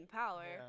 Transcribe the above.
power